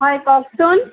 হয় কওকচোন